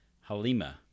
Halima